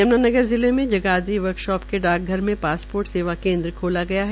यमुनानगर जिले के जगाधरी वर्कशाल के डाकघर में पासपोर्ट सेवा केन्द्र खोला गया है